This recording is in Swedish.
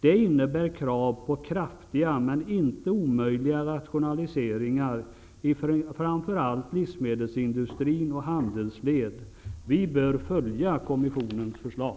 Det innebär krav på kraftiga men inte omöjliga rationaliseringar i framför allt livsmedelsindustrin och i handelsled. Vi bör följa kommissionens förslag.